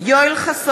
(קוראת בשמות